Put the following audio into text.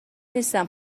نیستم